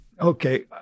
Okay